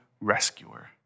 rescuer